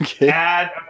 add